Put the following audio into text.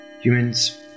humans